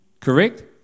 correct